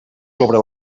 sobre